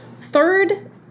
third